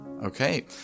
Okay